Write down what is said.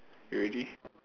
you ready